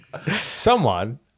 Someone-